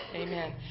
Amen